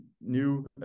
new